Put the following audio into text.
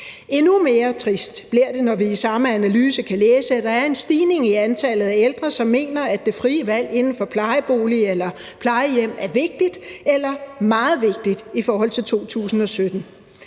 Endnu mere trist bliver det, når vi i samme analyse kan læse, at der er en stigning i antallet at ældre, som mener, at det frie valg inden for plejebolig eller plejehjem er vigtigt eller meget vigtigt i forhold til 2017.